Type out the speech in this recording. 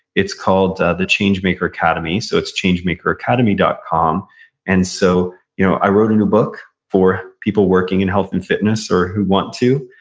it's called the change maker academy, so it's changemakeracademy dot com and so you know i wrote a new book for people working in health and fitness, or who want to,